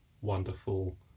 wonderful